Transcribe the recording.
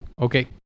Okay